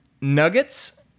nuggets